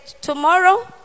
tomorrow